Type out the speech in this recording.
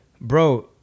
Bro